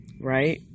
right